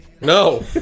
No